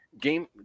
Game